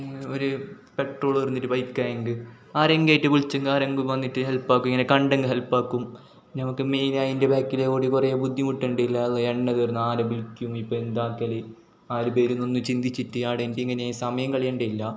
ഒരു പെട്രോള് തീർന്നിട്ട് ബൈക്ക് ആയെങ്കിൽ ആരെയെങ്കിലും ആയിട്ട് വിളിച്ചെങ്കിൽ ആരെങ്കിലും വന്നിട്ട് ഹെൽപ്പാക്കും ഇങ്ങനെ കണ്ടെങ്കിൽ ഹെൽപ്പാക്കും നമുക്ക് മെയിൻ അതിൻ്റെ ബാക്കിൽ ഓടി കുറേ ബുദ്ധിമുട്ടണ്ടതില്ല എണ്ണ തീർന്നാലും ആരെ വിളിക്കും ഇപ്പം എന്താക്കൽ ആര് വരും എന്നൊന്നും ചിന്തിച്ചിട്ട് അവിടെ എനിക്കിങ്ങനെ ഇങ്ങനെ സമയം കളയേണ്ടതില്ല